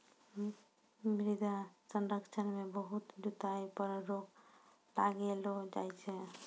मृदा संरक्षण मे बहुत जुताई पर रोक लगैलो जाय छै